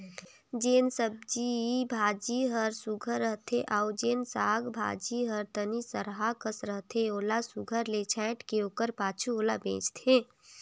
जेन सब्जी भाजी हर सुग्घर रहथे अउ जेन साग भाजी हर तनि सरहा कस रहथे ओला सुघर ले छांएट के ओकर पाछू ओला बेंचथें